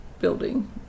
building